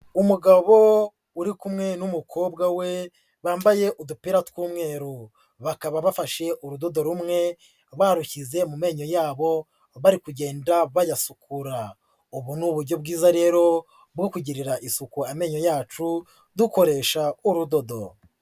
Umugabo uri kumwe n'umukobwa we, bambaye udupira tw'umweru, bakaba bafashe urudodo rumwe barushyize mu menyo yabo, bari kugenda bayasukura, ubu ni uburyo bwiza rero bwo kugirira isuku amenyo yacu dukoresha urudodo.